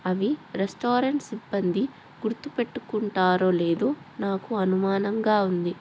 అవి రెస్టారెంట్ సిబ్బంది గుర్తుపెట్టుకుంటారో లేదో నాకు అనుమానంగా ఉంది